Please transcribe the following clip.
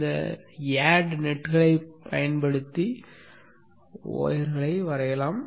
இந்த add நெட்களைப் பயன்படுத்தி ஒயர்களை வரையலாம்